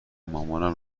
مامانم